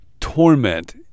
torment